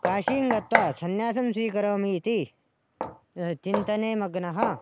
काशीं गत्वा सन्यासं स्वीकरोमि इति चिन्तने मग्नः